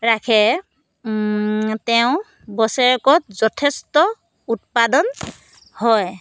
ৰাখে তেওঁ বছৰেকত যথেষ্ট উৎপাদন হয়